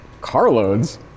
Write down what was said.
carloads